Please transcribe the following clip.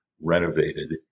renovated